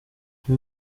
uyu